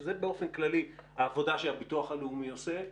שזה באופן כללי העבודה שהביטוח הלאומי עושה,